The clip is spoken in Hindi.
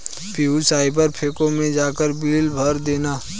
पिंटू साइबर कैफे मैं जाकर बिल भर देना